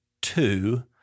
two